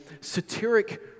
satiric